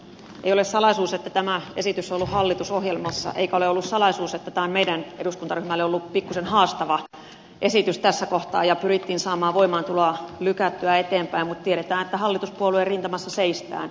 ei ole salaisuus että tämä esitys on ollut hallitusohjelmassa eikä ole ollut salaisuus että tämä on meidän eduskuntaryhmällemme ollut pikkuisen haastava esitys tässä kohtaa ja pyrittiin saamaan voimaantuloa lykättyä eteenpäin mutta tiedetään että hallituspuoluerintamassa seistään